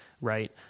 right